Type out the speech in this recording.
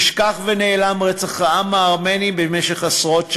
נשכח ונעלם רצח העם הארמני במשך עשרות שנים.